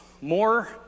more